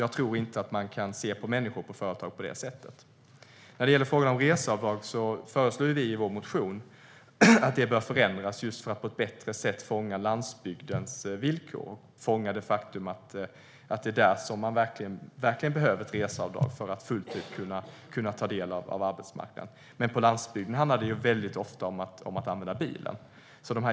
Jag tror inte att man kan se på människor och företag på det sättet. När det gäller frågan om reseavdrag föreslår vi i vår motion att de bör förändras för att på ett bättre sätt fånga landsbygdens villkor och det faktum att det är där som man verkligen behöver ett reseavdrag för att fullt ut kunna ta del av arbetsmarknaden. På landsbygden handlar det väldigt ofta om att använda bilen.